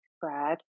Brad